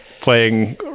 playing